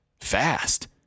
Fast